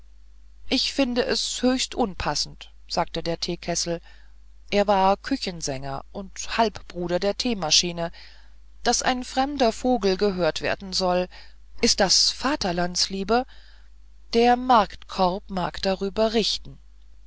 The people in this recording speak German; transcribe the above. ich finde es höchst unpassend sagte der theekessel er war küchensänger und halbbruder der theemaschine daß ein fremder vogel gehört werden soll ist das vaterlandsliebe der marktkorb mag darüber richten